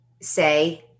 say